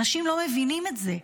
אנשים לא מבינים את זה.